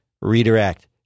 Redirect